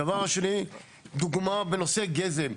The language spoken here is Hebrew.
הדבר השני, דוגמה בנושא גזם.